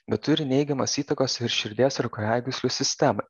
bet turi neigiamos įtakos ir širdies ir kraujagyslių sistemai